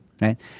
Right